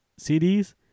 cds